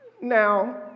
Now